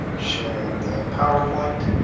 sharing the powerpoint,